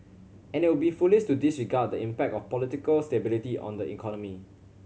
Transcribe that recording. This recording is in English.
and it would be foolish to disregard the impact of political stability on the economy